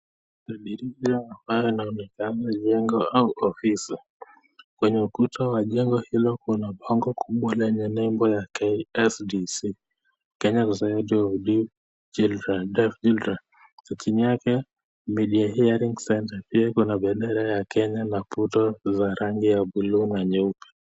Hili ni picha ambao linaoonekana ni jengo au ofisi, kwenye ukuta wa jengo hilo kuna bango kubwa lenye nembo ya ksdc Kenya society in Deaf Children , chini yake hearing centre kuna bebera ya Kenya na puto za rangi ya blue na nyeupe.